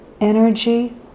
energy